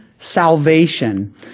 salvation